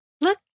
look